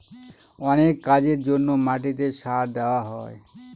অনেক কাজের জন্য মাটিতে সার দেওয়া হয়